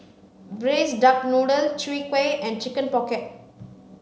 braised duck noodle chwee kueh and chicken pocket